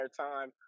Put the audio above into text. time